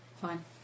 Fine